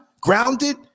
grounded